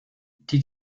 die